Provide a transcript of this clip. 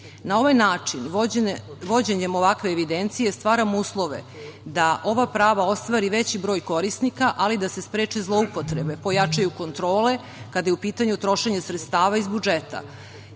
Na ovaj način, vođenjem ovakve evidencije, stvaramo uslove da ova prava ostvari veći broj korisnika, ali da se spreče zloupotrebe, pojačaju kontrole kada je u pitanju trošenje sredstava iz budžeta,